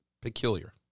peculiar